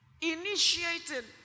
initiated